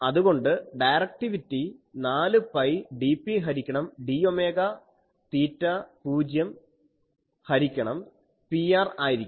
അതുകൊണ്ട് directivity 4 pi dP ഹരിക്കണം dഒമേഗാ തീറ്റ 0 ഹരിക്കണം Pr ആയിരിക്കും